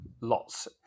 Lots